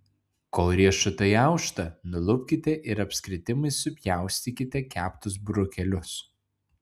kol riešutai aušta nulupkite ir apskritimais supjaustykite keptus burokėlius